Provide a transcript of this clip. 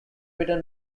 better